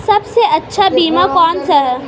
सबसे अच्छा बीमा कौनसा है?